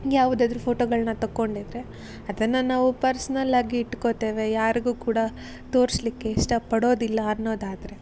ಯಾವುದಾದ್ರು ಫೋಟೊಗಳನ್ನ ತಗೊಂಡಿದ್ರೆ ಅದನ್ನು ನಾವು ಪರ್ಸ್ನಲ್ಲಾಗಿ ಇಟ್ಕೋತೇವೆ ಯಾರಿಗೂ ಕೂಡ ತೋರಿಸ್ಲಿಕ್ಕೆ ಇಷ್ಟ ಪಡೋದಿಲ್ಲ ಅನ್ನೋದಾದರೆ